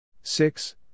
six